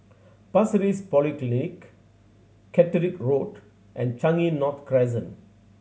Pasir Ris Polyclinic Caterick Road and Changi North Crescent